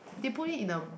they put it in a